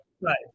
Right